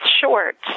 short